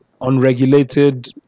unregulated